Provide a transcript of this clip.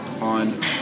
on